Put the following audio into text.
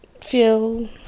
feel